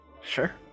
Sure